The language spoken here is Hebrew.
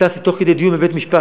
פקססתי תוך כדי דיון בבית-משפט,